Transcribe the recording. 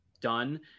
done